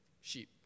sheep